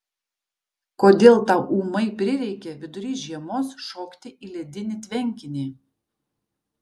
kodėl tau ūmai prireikė vidury žiemos šokti į ledinį tvenkinį